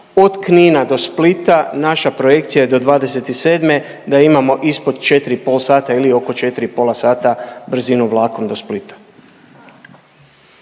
od Knina do Splita naša projekcija je do '27. da imam ispod četri i pol sata ili oko četiri i pol sata brzinu vlakom do Splita.